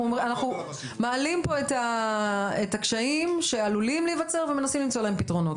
אנחנו מעלים פה את הקשיים שעלולים להיווצר ומנסים למצוא להם פתרונות,